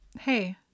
hey